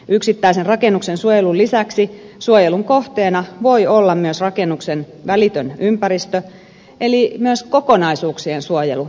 yksittäisen rakennuksen suojelun lisäksi suojelun kohteena voi olla myös rakennuksen välitön ympäristö eli myös kokonaisuuksien suojelu on tärkeää